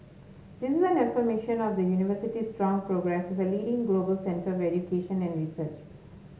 this is an affirmation of the University's strong progress as a leading global centre of education and research